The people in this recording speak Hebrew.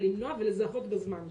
למנוע ולזהות בזמן.